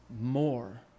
more